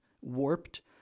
warped